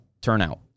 turnout